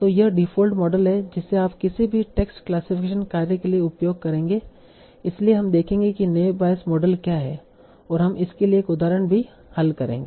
तो यह default model है जिसे आप किसी भी टेक्स्ट क्लासिफिकेशन कार्य के लिए उपयोग करेंगे इसलिए हम देखेंगे कि नैव बेयस मॉडल क्या है और हम इसके लिए एक उदाहरण भी हल करेंगे